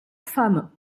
femme